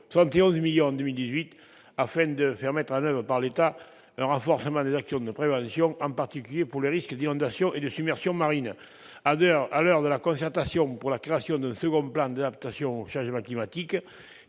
71 millions d'euros en 2018 -afin de faire mettre en oeuvre par l'État un renforcement des actions de prévention, en particulier pour les risques d'inondation et de submersion marines. À l'heure de la concertation pour la création d'un second plan d'adaptation au changement climatique